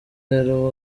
rero